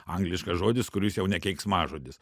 angliškas žodis kuris jau ne keiksmažodis